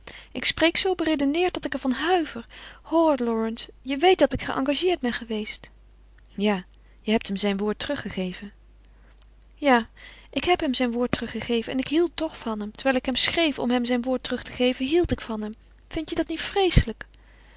ik spreek zoo beredeneerd dat ik er van huiver hoor lawrence je weet dat ik geëngageerd ben geweest ja je hebt hem zijn woord teruggegeven ja ik heb hem zijn woord terug gegeven en ik hield toch van hem terwijl ik hem schreef om hem zijn woord terug te geven hield ik van hem vind je dat niet vreeslijk